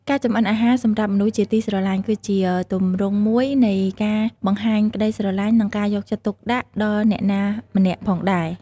ការចម្អិនអាហារសម្រាប់មនុស្សជាទីស្រឡាញ់គឺជាទម្រង់មួយនៃការបង្ហាញក្ដីស្រឡាញ់ និងការយកចិត្តទុកដាក់ដល់អ្នកណាម្នាក់ផងដែរ ។